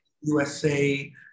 USA